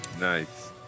nice